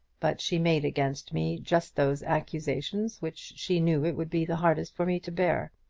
but she made against me just those accusations which she knew it would be the hardest for me to bear.